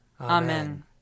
Amen